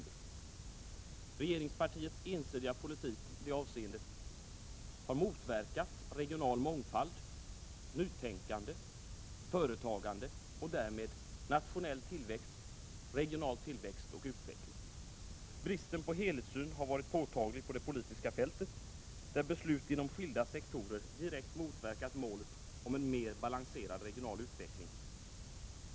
För regeringspartiets ensidiga politik i det avseendet har motverkat regional mångfald, nytänkande, företagande och därmed regional tillväxt och utveckling. Bristen på helhetssyn har varit påtaglig på det politiska fältet, där beslut inom skilda sektorer direkt motverkat målet: en mer balanserad regional utveckling.